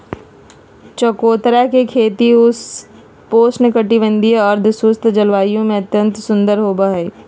चकोतरा के खेती उपोष्ण कटिबंधीय, अर्धशुष्क जलवायु में अत्यंत सुंदर होवई हई